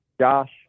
Josh